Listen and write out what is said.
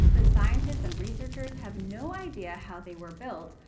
but scientists and researchers have no idea how they were built,